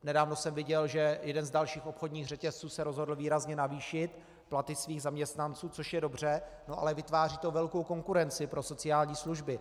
Nedávno jsem viděl, že jeden z dalších obchodních řetězců se rozhodl výrazně navýšit platy svých zaměstnanců, což je dobře, ale vytváří to velkou konkurenci pro sociální služby.